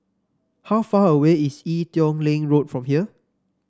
how far away is Ee Teow Leng Road from here